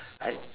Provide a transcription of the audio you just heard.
I